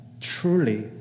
truly